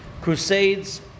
Crusades